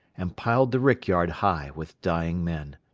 and piled the rickyard high with dying men.